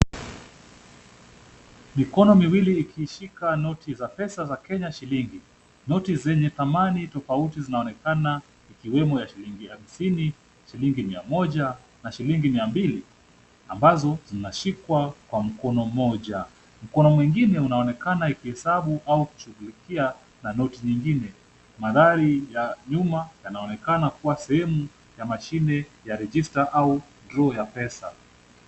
Mikono miwili ikishika noti za pesa za Kenya shilingi. Noti zenye thamani tofauti zinaonekana, ikiwemo ya shilingi hamsini, shilingi mia moja, na shilingi mia mbili, ambazo zinashikwa kwa mkono mmoja. Mkono mwingine unaonekana ikihesabu au kushughulikia na noti nyingine. Mandhari ya nyuma yanaonekana kuwa sehemu ya mashine ya rejista au draw ya pesa.